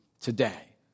today